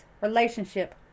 relationship